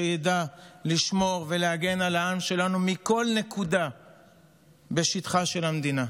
שידע לשמור ולהגן על העם שלנו מכל נקודה בשטחה של המדינה.